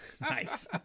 Nice